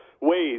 ways